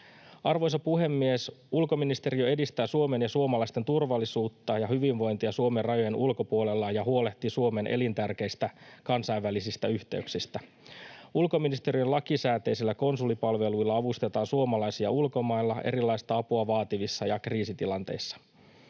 Arvoisa puhemies! Ulkoministeriö edistää Suomen ja suomalaisten turvallisuutta ja hyvinvointia Suomen rajojen ulkopuolella ja huolehtii Suomen elintärkeistä kansainvälisistä yhteyksistä. Ulkoministeriön lakisääteisillä konsulipalveluilla avustetaan suomalaisia ulkomailla erilaista apua vaativissa ja kriisitilanteissa.